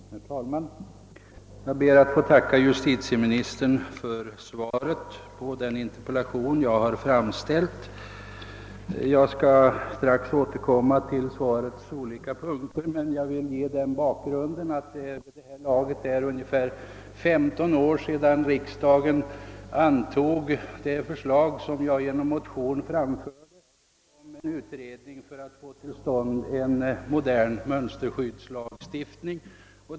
Herr talman! Jag ber att få tacka justitieministern för svaret på den interpellation jag har framställt. Jag skall strax återkomma till svarets olika punkter, men jag vill först ge en bakgrund till interpellationen. Det är vid det här laget ungefär 15 år sedan riksdagen antog mitt motionsledes framförda förslag om en utredning i syfte att få till stånd en modern mönsterskyddslagstiftning.